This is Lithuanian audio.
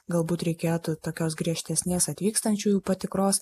galbūt reikėtų tokios griežtesnės atvykstančiųjų patikros